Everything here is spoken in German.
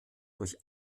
durch